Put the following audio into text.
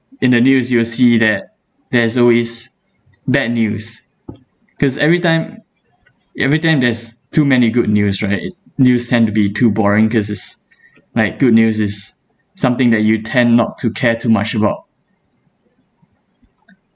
in the news you'll see that there's always bad news because everytime everytime there's too many good news right news tend to be too boring cause is like good news is something that you tend not to care too much about